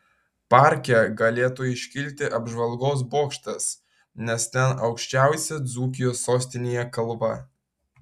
parke galėtų iškilti apžvalgos bokštas nes ten aukščiausia dzūkijos sostinėje kalva